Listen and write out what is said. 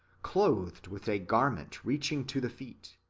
clothed with a garment reaching to the feet,